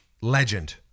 Legend